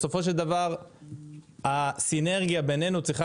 בסופו של דבר הסינרגיה בינינו צריכה